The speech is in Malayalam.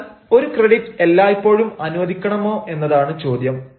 എന്നാൽ ഒരു ക്രെഡിറ്റ് എല്ലായ്പ്പോഴും അനുവദിക്കണമോ എന്നതാണ് ചോദ്യം